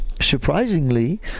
surprisingly